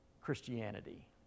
Christianity